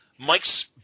Mike's